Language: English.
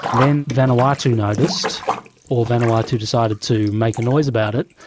then vanuatu noticed or vanuatu decided to make a noise about it,